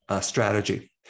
strategy